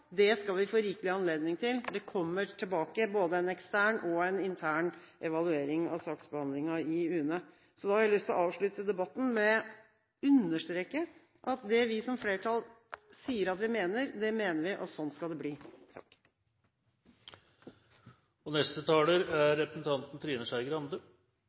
Det skal vi få rikelig anledning til. Det kommer både en ekstern og en intern evaluering av saksbehandlingen i UNE. Jeg har lyst til å avslutte debatten med å understreke at det vi som flertall sier at vi mener, det mener vi, og sånn skal det bli. Representanten Trine Skei Grande